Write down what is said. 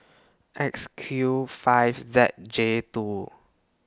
X Q five Z J two